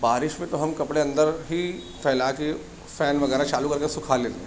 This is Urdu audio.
بارش میں تو ہم کپڑے اندر ہی پھیلا کے فین وغیرہ چالو کر کے سکھا لیتے ہیں